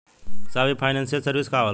साहब इ financial service का होला?